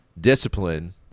discipline